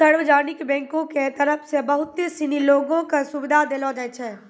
सार्वजनिक बैंको के तरफ से बहुते सिनी लोगो क सुविधा देलो जाय छै